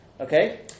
Okay